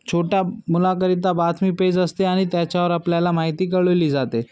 छोटा मुलाकरीता बातमी पेज असते आणि त्याच्यावर आपल्याला माहिती कळवली जाते